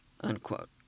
unquote